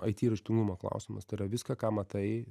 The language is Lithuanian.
it raštingumo klausimas tai yra viską ką matai